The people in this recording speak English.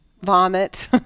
vomit